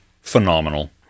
phenomenal